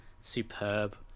superb